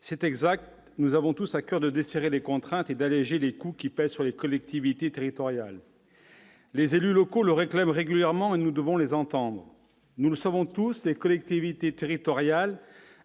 C'est exact, nous avons tous à coeur de desserrer les contraintes et d'alléger les coûts qui pèsent sur les collectivités territoriales. Les élus locaux le réclament régulièrement et nous devons les entendre. Nous le savons tous, les collectivités territoriales